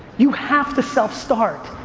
you have to self-start.